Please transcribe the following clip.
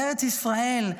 ארץ ישראל,